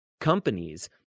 companies